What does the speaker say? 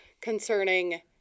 concerning